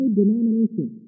denomination